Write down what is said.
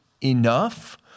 enough